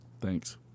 Thanks